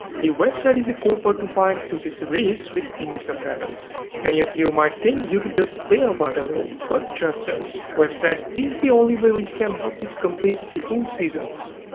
the website is the core part to find turkish series with english subtitles many of you might think youtube does play a vital role. but, trust us website is the only way which can help you to complete the full seasons.